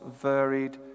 varied